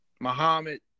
Muhammad